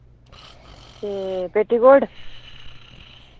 ते पेटीकोट